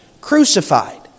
crucified